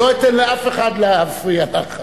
לא אתן לאף אחד להפריע לך.